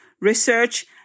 research